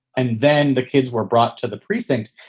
and then the kids were brought to the precinct.